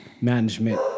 Management